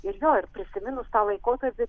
ir jo ir prisiminus tą laikotarpį